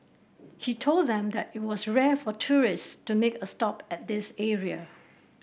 he told them that it was rare for tourist to make a stop at this area